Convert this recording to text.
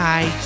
Bye